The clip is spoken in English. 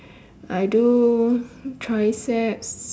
I do triceps